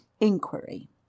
inquiry